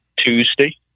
Tuesday